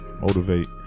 motivate